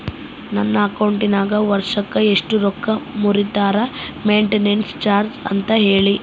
ನನ್ನ ಅಕೌಂಟಿನಾಗ ವರ್ಷಕ್ಕ ಎಷ್ಟು ರೊಕ್ಕ ಮುರಿತಾರ ಮೆಂಟೇನೆನ್ಸ್ ಚಾರ್ಜ್ ಅಂತ ಹೇಳಿ?